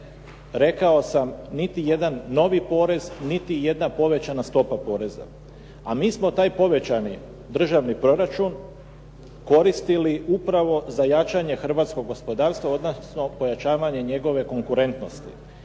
Rekao sam, niti jedan novi porez, niti jedna povećana stopa poreza. A mi smo taj povećani državni proračun koristili upravo za jačanje hrvatskog gospodarstva, odnosno pojačavanje njegove konkurentnosti.